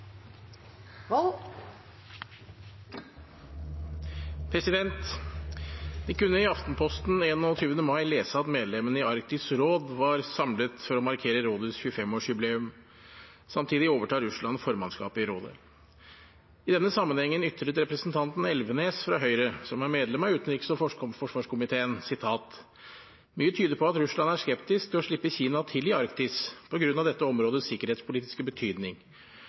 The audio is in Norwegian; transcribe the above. Vi kunne i Aftenposten den 21. mai lese at medlemmene i Arktisk råd var samlet for å markere rådets 25-årsjubileum. Samtidig overtar Russland formannskapet i rådet. I denne sammenhengen ytret representanten Elvenes fra Høyre, som er medlem av utenriks- og forsvarskomiteen: «Mye tyder på at Russland er skeptisk til å slippe Kina til i Arktis, på grunn av dette områdets sikkerhetspolitiske betydning.